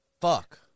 Fuck